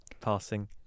passing